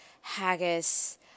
haggis